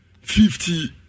fifty